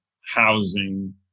housing